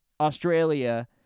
Australia